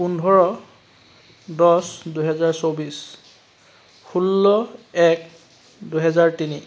দছ দুহেজাৰ চৌব্বিছ ষোল্ল এক দুহেজাৰ তিনি